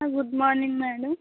good morning madam